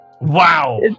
Wow